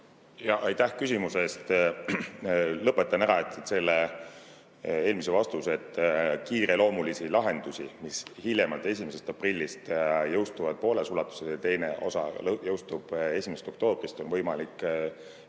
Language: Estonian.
Aitäh küsimuse eest! Lõpetan ära selle eelmise vastuse. Kiireloomulisi lahendusi, mis hiljemalt 1. aprillist jõustuvad pooles ulatuses ja teine osa jõustub 1. oktoobrist, on võimalik rakendada